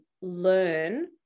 learn